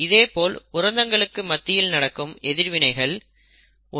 இதேபோல் புரதங்களுக்கு மத்தியில் நடக்கும் எதிர்வினைகள் 1